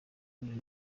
uyu